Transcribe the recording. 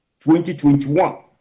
2021